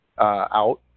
out